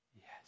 Yes